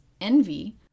envy